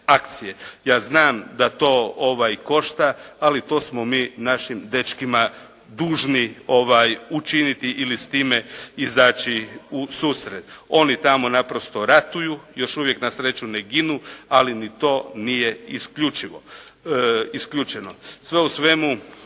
Ja znam da to košta, ali to smo mi našim dečkima dužni učiniti ili s time izaći u susret. Oni tamo naprosto ratuju, još uvijek na sreću ne ginu, ali ni to nije isključeno. Sve u svemu,